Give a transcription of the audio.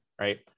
right